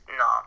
no